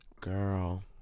girl